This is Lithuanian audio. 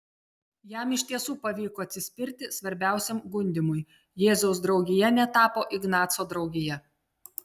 jam iš tiesų pavyko atsispirti svarbiausiam gundymui jėzaus draugija netapo ignaco draugija